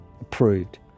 approved